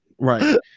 right